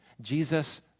Jesus